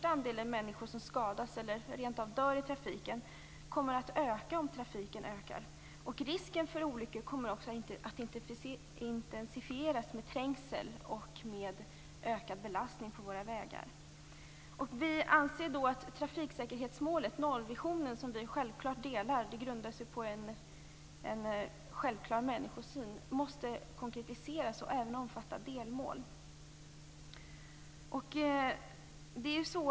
Andelen människor som skadas eller dör i trafiken kommer att öka om trafiken ökar. Risken för olyckor kommer också att intensifieras med trängsel och med ökad belastning på våra vägar. Vi anser då att trafiksäkerhetsmålet, nollvisionen - som vi självfallet stöder och som grundar sig på en självklar människosyn - måste konkretiseras och även omfatta delmål.